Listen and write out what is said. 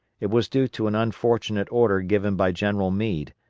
it was due to an unfortunate order given by general meade,